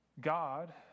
God